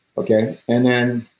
okay? and then,